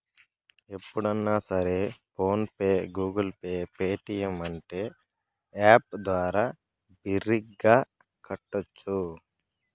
ఎప్పుడన్నా సరే PhonePe Google pay Paytm అంటే యాప్ ద్వారా బిరిగ్గా కట్టోచ్చు